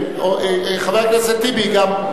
חבר הכנסת טיבי, גם.